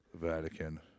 vatican